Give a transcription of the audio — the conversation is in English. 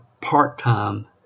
part-time